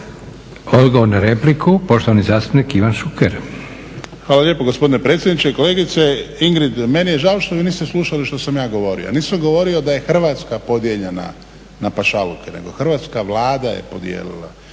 Odgovor na repliku, poštovani zastupnik Ivan Šuker.